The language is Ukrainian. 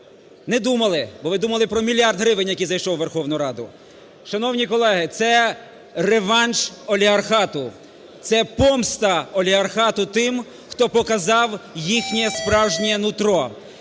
Не думали. Бо ви думали про мільярд гривень, який зайшов у Верховну Раду. Шановні колеги, це реванш олігархату, це помста олігархату тим, хто показав їхнє справжнє нутро.